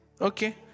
Okay